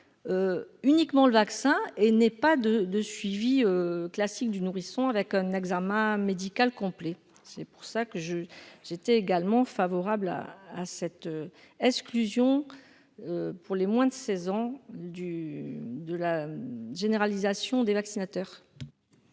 uniquement le vaccin et n'est pas de de suivi classique du nourrisson avec un examen médical complet, c'est pour ça que je j'étais également favorable à à cette exclusion pour les moins de 16 ans du de la généralisation des vaccinateurs.